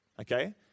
okay